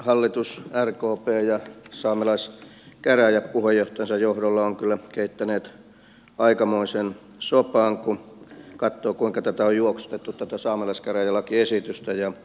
hallitus rkp ja saamelaiskäräjät puheenjohtajansa johdolla ovat kyllä keittäneet aikamoisen sopan kun katsoo kuinka tätä saamelaiskäräjälakiesitystä ja ilo sopimusta on juoksutettu